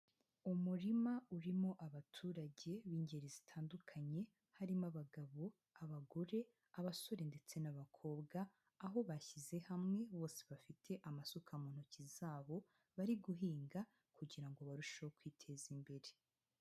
Umurima urimo abaturage b'ingeri zitandukanye harimo abagabo, abagore, abasore ndetse n'abakobwa, aho bashyize hamwe bose bafite amasuka mu ntoki zabo bari guhinga kugira ngo barusheho kwiteza imbere.